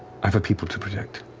i have a people to protect.